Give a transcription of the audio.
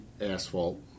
asphalt